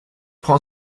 prend